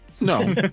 No